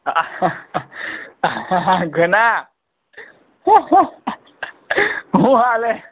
હા ઘના શું ચાલે